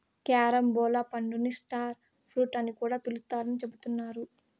carambola పండుని star fruit అని కూడా పిలుత్తారని చెబుతున్నారు